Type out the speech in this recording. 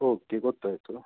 okay ಗೊತ್ತಾಯ್ತು